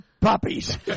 Puppies